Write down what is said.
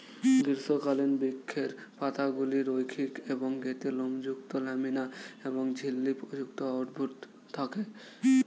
গ্রীষ্মকালীন বৃক্ষের পাতাগুলি রৈখিক এবং এতে লোমযুক্ত ল্যামিনা এবং ঝিল্লি যুক্ত অর্বুদ থাকে